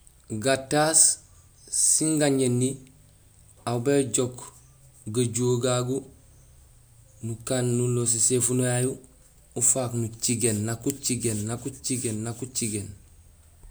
Gataas sén gañéni aw béjook gajuwo gagu nukaan nuloos éséfuno yayu ufaak nucigéén nak ucigéén, nak ucigéén, nak ucigéén.